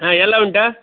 ಹಾಂ ಎಲ್ಲ ಉಂಟಾ